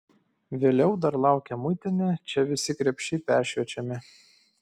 vėliau dar laukia muitinė čia visi krepšiai peršviečiami